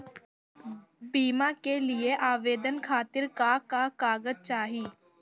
बीमा के लिए आवेदन खातिर का का कागज चाहि?